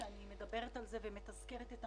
שאני מדברת על זה ואני מתזכרת את הנושא